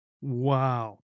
Wow